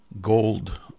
gold